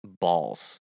balls